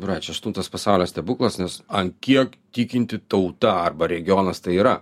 brač aštuntas pasaulio stebuklas nes ant kiek tikinti tauta arba regionas tai yra